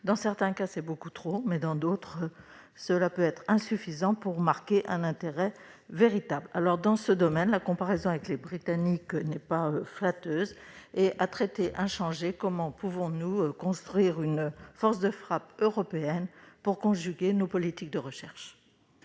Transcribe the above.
dans certains cas, c'est beaucoup trop ; dans d'autres, cela peut être insuffisant pour marquer un intérêt véritable. Dans ce domaine, la comparaison avec les Britanniques n'est pas flatteuse. À traités inchangés, comment pouvons-nous construire une force de frappe européenne pour conjuguer nos politiques de recherche ?